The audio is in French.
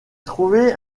trouvait